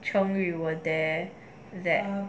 成语 were there that